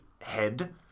head